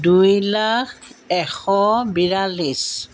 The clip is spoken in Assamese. দুই লাখ এশ বিৰাল্লিছ